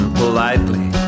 politely